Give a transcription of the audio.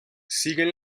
siguen